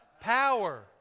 power